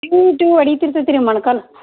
ಟಿವ್ ಟಿವ್ ಹೊಡಿತಾ ಇರ್ತೈತಿ ರೀ ಮೊಣಕಾಲು